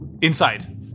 Inside